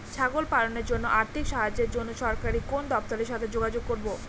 ছাগল পালনের জন্য আর্থিক সাহায্যের জন্য সরকারি কোন দপ্তরের সাথে যোগাযোগ করব?